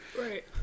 Right